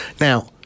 Now